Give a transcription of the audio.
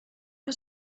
was